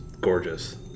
gorgeous